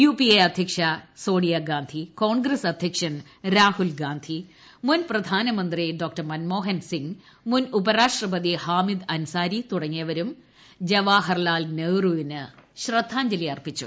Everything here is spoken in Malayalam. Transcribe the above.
യു പി എ അധ്യക്ഷ സോണിയാഗാന്ധി കോൺഗ്രസ് അധ്യക്ഷൻ രാഹുൽ ഗാന്ധി മുൻ പ്രധാനമന്ത്രി മൻമോഹൻസിംഗ് മുൻ ഉപരാഷ്ട്രപതി ഹാമിദ് അൻസാരി തുടങ്ങിയവരും ജവഹർലാൽ നെഹ്റുവിന് ശ്രദ്ധാജ്ഞലി അർപ്പിച്ചു